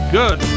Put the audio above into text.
good